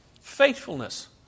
faithfulness